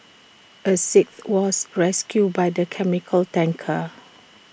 A sixth was rescued by the chemical tanker